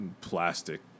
plastic